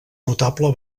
notable